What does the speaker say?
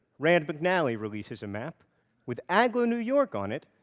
rand mcnally releases a map with agloe, new york, on it,